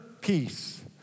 peace